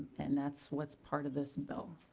and that's what part of this bill.